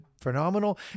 phenomenal